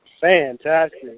Fantastic